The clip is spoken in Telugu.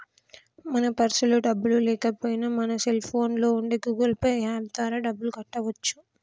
మన పర్సులో డబ్బులు లేకపోయినా మన సెల్ ఫోన్లో ఉండే గూగుల్ పే యాప్ ద్వారా డబ్బులు కట్టవచ్చు